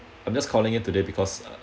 I'm just calling it today because uh